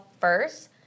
first